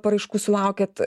paraiškų sulaukiat